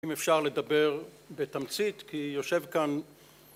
אם אפשר לדבר בתמצית כי יושב כאן